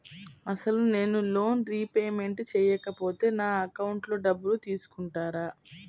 అసలు నేనూ loan repayment చేయకపోతే నా అకౌంట్లో డబ్బులు తీసుకుంటారా?